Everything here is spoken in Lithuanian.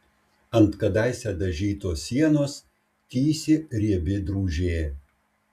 ant kadaise dažytos sienos tįsi riebi drūžė